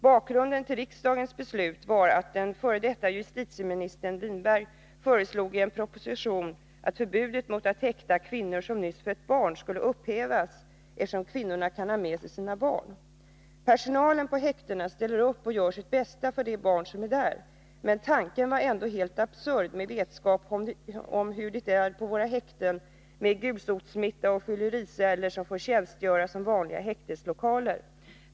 Bakgrunden till riksdagens beslut var att förre justitieministern Håkan Winberg i en proposition föreslog att förbudet mot att häkta kvinnor som nyss fött barn skulle upphävas, eftersom kvinnorna kan ha med sig sina barn. Personalen på häktena ställer upp och gör sitt bästa för de barn som är där, men tanken var ändå helt absurd med vetskap om hur det är på häktena med gulsotsmitta och fyllericeller som får tjänstgöra som vanliga häkteslokaler.